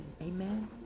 Amen